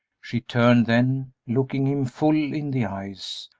she turned then, looking him full in the eyes,